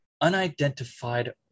unidentified